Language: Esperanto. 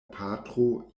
patro